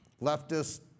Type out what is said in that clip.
leftist